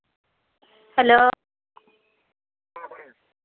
hello